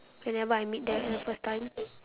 whenever I meet them at the first time